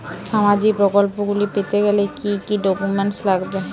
সামাজিক প্রকল্পগুলি পেতে গেলে কি কি ডকুমেন্টস লাগবে?